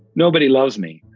nobody loves me.